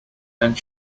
and